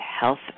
Health